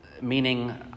meaning